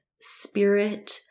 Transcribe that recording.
spirit